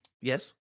Yes